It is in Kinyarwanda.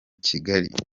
kigali